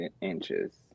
inches